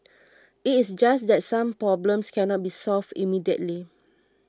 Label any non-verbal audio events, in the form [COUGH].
[NOISE] it is just that some problems cannot be solved immediately